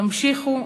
תמשיכו,